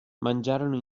mangiarono